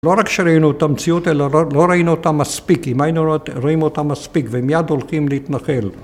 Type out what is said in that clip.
לא רק שראינו את המציאות, אלא לא ראינו אותה מספיק, אם היינו רואים אותה מספיק ומיד הולכים להתנחל.